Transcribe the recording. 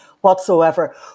whatsoever